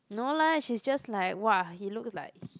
no lah she's just like !wow! he looks like